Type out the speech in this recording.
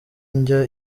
njya